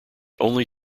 only